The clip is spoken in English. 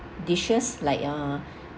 dishes like uh